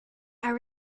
are